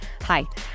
Hi